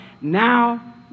now